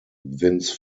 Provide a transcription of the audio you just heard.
vince